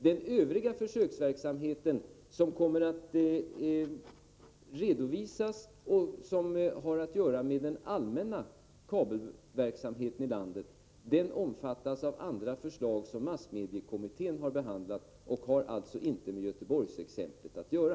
Den övriga försöksverksamheten, som kommer att redovisas och som har att göra med den allmänna kabel-TV-verksamheten i landet, omfattas av andra förslag som massmediekommittén har behandlat och har alltså inte med Göteborgsexemplet att göra.